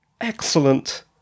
excellent